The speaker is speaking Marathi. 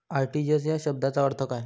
आर.टी.जी.एस या शब्दाचा अर्थ काय?